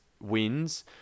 wins